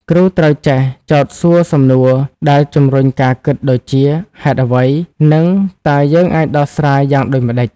គ្រូត្រូវចេះ ចោទសួរសំណួរដែលជម្រុញការគិតដូចជា ហេតុអ្វី? និង តើយើងអាចដោះស្រាយយ៉ាងដូចម្តេច?